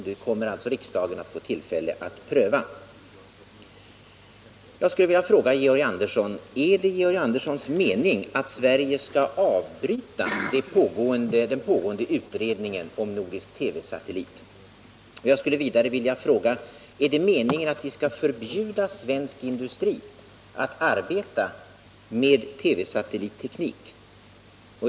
Det kommer alltså riksdagen att få tillfälle att pröva. Jag skulle vilja fråga Georg Andersson: Är det Georg Anderssons mening att Sverige skall avbryta den pågående utredningen om nordisk TV-satellit? Jag skulle vidare vilja fråga: Är det meningen att vi skall förbjuda svensk industri att arbeta med TV-satellitteknik?